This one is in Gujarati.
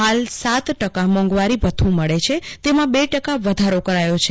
હાલ સાત ટકા મોંઘવારી ભથ્થું મળે છે તેમાં બે ટકા વધારો કરાયો છે